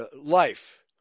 Life